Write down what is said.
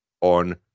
on